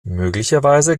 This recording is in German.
möglicherweise